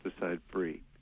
pesticide-free